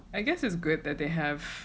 I guess it's good that they have